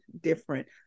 different